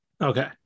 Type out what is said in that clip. Okay